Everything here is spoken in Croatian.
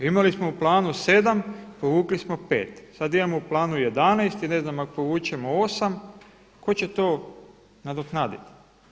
Imali smo u planu 7 povukli smo 5. Sad imamo u planu 11 i ne znam ako povučemo 8 tko će to nadoknaditi?